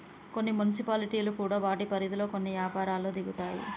కొన్ని మున్సిపాలిటీలు కూడా వాటి పరిధిలో కొన్ని యపారాల్లో దిగుతాయి